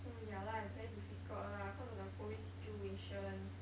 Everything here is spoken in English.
oh ya lah it's very difficult lah cause of the COVID situation